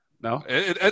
No